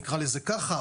נקרא לזה ככה,